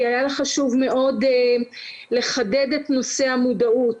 כי היה לה חשוב מאוד לחדד את נושא המודעות.